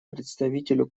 представителю